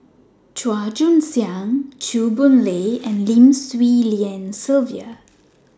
Chua Joon Siang Chew Boon Lay and Lim Swee Lian Sylvia